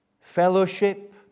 Fellowship